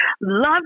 love